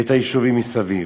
ואת היישובים מסביב.